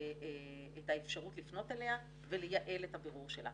את האפשרות לפנות אליה ולייעל את הבירור שלה.